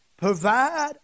Provide